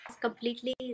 completely